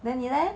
then 你 leh